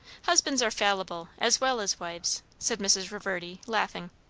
husband's are fallible, as well as wives, said mrs. reverdy, laughing.